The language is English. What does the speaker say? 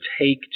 take